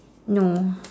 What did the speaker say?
no